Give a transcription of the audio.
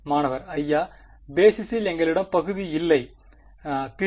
மாணவர் ஐயா பேசிஸில் எங்களிடம் பகுதி இல்லை குறிப்பு நேரம் 1906 பிரிவு